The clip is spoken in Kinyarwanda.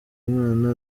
umwana